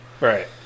right